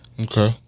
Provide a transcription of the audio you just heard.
Okay